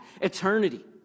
eternity